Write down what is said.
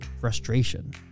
frustration